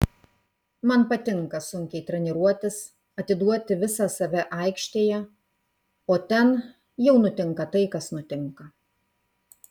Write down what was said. man patinka sunkiai treniruotis atiduoti visą save aikštėje o ten jau nutinka tai kas nutinka